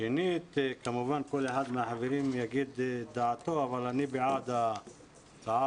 כל אחד מהחברים יגיד את דעתו אבל אני בעד ההצעה